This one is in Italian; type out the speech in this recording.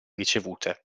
ricevute